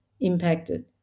impacted